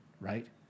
right